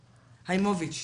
חיימוביץ'.